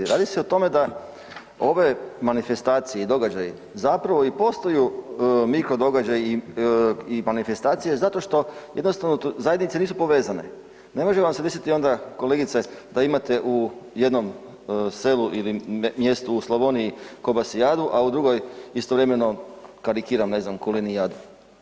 Radi se o tome da ove manifestacije i događaji zapravo i postaju mikro događaji i manifestacije zato što jednostavno zajednice nisu povezane, ne može vam se deseti onda kolegica da imate u jednom selu ili mjestu u Slavoniji kobasijadu, a u drugoj istovremeno, karikiram, ne znam, kulenijadu.